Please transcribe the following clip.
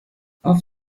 auf